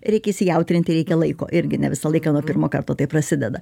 reikia įsijautrinti reikia laiko irgi ne visą laiką nuo pirmo karto tai prasideda